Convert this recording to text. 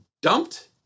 dumped